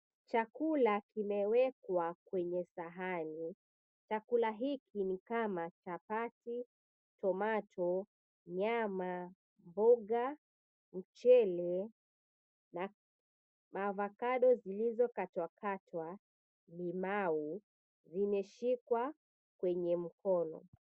Chakula kimewekwa kwenye sahani. Chakula hiki ni kama chapati, tomato , nyama, mboga, mchele na avacado zilizokatwakatwa, limau zimeshikwa kwenye mkono.